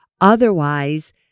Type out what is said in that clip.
Otherwise